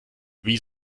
wie